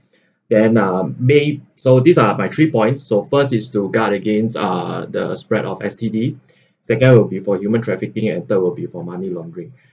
then uh made so these are my three points so first is to guard against uh the spread of S_T_D second will be for human trafficking and third will be for money laundering